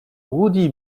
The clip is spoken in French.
woody